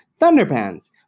Thunderpants